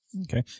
Okay